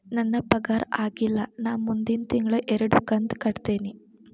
ನನ್ನ ಪಗಾರ ಆಗಿಲ್ಲ ನಾ ಮುಂದಿನ ತಿಂಗಳ ಎರಡು ಕಂತ್ ಕಟ್ಟತೇನಿ